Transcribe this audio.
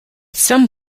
some